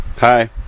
Hi